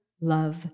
love